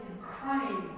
crying